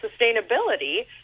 sustainability